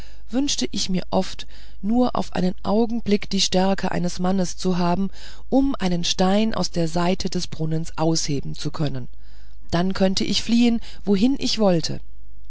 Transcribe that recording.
wünschte ich mir oft nur auf einen augenblick die stärke eines mannes zu haben um einen stein aus der seite des brunnens ausheben zu können dann könnte ich fliehen wohin ich wollte